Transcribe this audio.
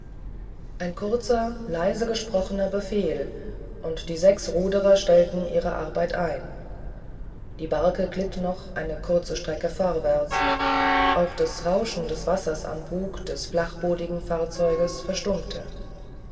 ein kurzer leise ausgesprochener befehl und die sechs ruderer stellten ihre arbeit ein die barke glitt noch eine kurze strecke vorwärts auch das rauschen des wassers am bug des flachbodigen fahrzeuges verstummte